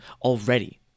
already